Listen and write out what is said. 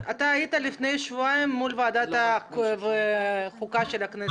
לפני שבועיים הופעת בפני ועדת החוקה של הכנסת.